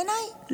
בעיניי,